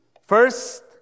First